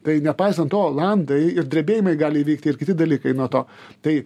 tai nepaisant to olandai ir drebėjimai gali įvykti ir kiti dalykai nuo to tai